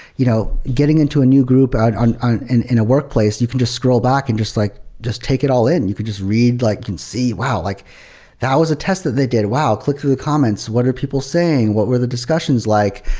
you know getting into a new group and and in a workplace, you can just scroll back and just like just take it all in. you could just read. you like can see, wow. like that was a test that they did. wow, click through the comments. what are people saying? what were the discussions like?